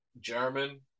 German